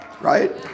Right